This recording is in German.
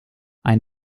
ein